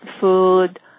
food